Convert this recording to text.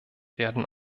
werden